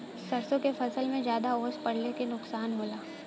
सरसों के फसल मे ज्यादा ओस पड़ले से का नुकसान होला?